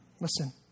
Listen